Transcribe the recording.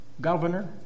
governor